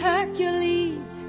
Hercules